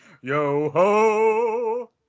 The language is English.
Yo-ho